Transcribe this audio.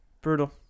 brutal